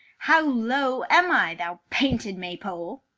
how low am i, thou painted maypole?